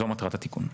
זו מטרת התיקון.